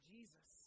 Jesus